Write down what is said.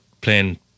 playing